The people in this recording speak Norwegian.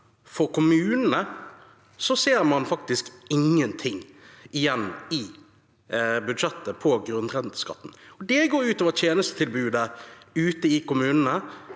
for kommunene ser man faktisk ingenting igjen i budsjettet på grunnrenteskatten, og det går ut over tjenestetilbudet ute i kommunene.